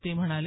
ते म्हणाले